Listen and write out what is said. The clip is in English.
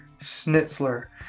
Schnitzler